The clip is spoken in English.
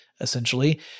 essentially